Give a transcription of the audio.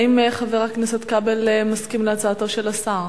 האם חבר הכנסת כבל מסכים להצעתו של השר?